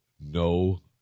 No